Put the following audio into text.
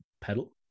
pedal